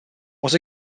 was